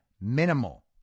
minimal